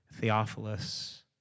Theophilus